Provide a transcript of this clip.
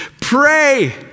Pray